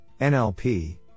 NLP